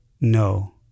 No